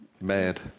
Mad